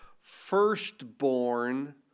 firstborn